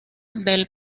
del